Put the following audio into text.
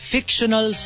Fictional